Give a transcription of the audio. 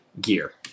gear